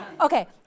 okay